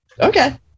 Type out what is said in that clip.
Okay